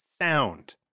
sound